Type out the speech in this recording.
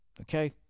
okay